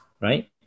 right